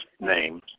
name